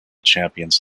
champions